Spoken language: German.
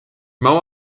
mauer